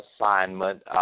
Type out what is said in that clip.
assignment